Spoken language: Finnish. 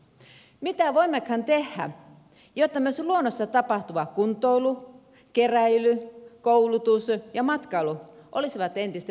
mitä voimmekaan tehdä jotta myös luonnossa tapahtuva kuntoilu keräily koulutus ja matkailu olisivat entistä merkittävämpiä